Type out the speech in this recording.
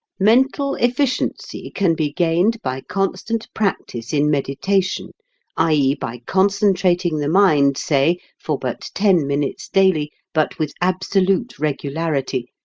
mental efficiency can be gained by constant practice in meditation i e, by concentrating the mind, say, for but ten minutes daily, but with absolute regularity,